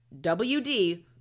WD